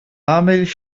milch